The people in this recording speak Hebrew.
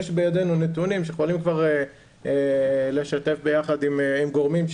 יש בידינו נתונים שיכולים לשתף ביחד עם גורמים,